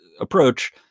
approach